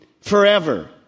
forever